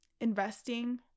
investing